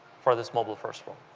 for this mobile-first world.